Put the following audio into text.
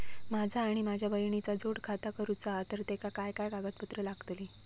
माझा आणि माझ्या बहिणीचा जोड खाता करूचा हा तर तेका काय काय कागदपत्र लागतली?